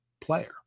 player